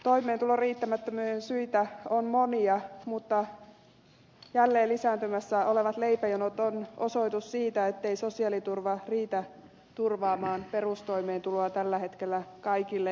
toimeentulon riittämättömyyden syitä on monia mutta jälleen lisääntymässä olevat leipäjonot ovat osoitus siitä ettei sosiaaliturva riitä turvaamaan perustoimeentuloa tällä hetkellä kaikille